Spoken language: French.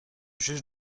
juge